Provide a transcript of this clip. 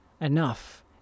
enough